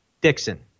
Dixon